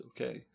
Okay